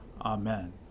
Amen